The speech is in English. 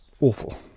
awful